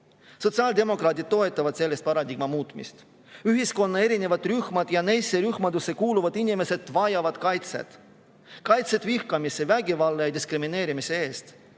saabuda. Sotsiaaldemokraadid toetavad sellist paradigma muutmist. Ühiskonna erinevad rühmad ja neisse rühmadesse kuuluvad inimesed vajavad kaitset – kaitset vihkamise, vägivalla ja diskrimineerimise eest.